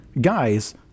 Guys